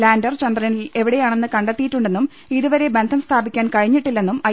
lander ചന്ദ്രനിൽ എവിടെ യാണെന്ന് കണ്ടെത്തിയിട്ടുണ്ടെന്നും ഇതുവരെ ബന്ധംസ്ഥാപിക്കാൻ കഴി ഞ്ഞിട്ടില്ലെന്നും ഐ